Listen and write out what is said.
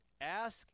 ask